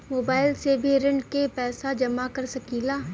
Mobile से भी ऋण के पैसा जमा कर सकी ला?